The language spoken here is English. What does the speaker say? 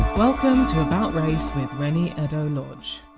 welcome to about race with reni eddo-lodge